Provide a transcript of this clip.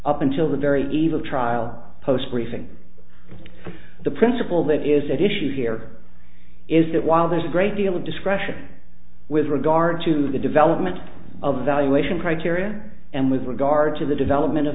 up until the very eve of trial post briefing the principle that is at issue here is that while there's a great deal of discretion with regard to the development of evaluation criteria and with regard to the development of